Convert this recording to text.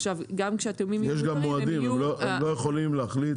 יש גם מועדים, הם לא יכולים להחליט